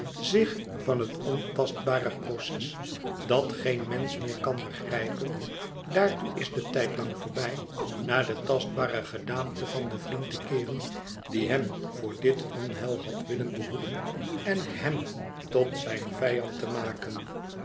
zich van het ontastbare proces dat geen mensch meer kan begrijpen daartoe is de tijd lang voorbij naar de tastbare gedaante van den vriend te keeren die hem voor dit onheil had willen behoeden en hem tot zijn vijand te maken